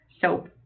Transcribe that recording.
soap